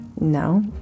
No